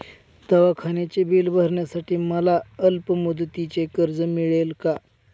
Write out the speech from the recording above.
दवाखान्याचे बिल भरण्यासाठी मला अल्पमुदतीचे कर्ज मिळेल का?